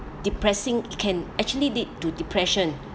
depressing can actually lead to depression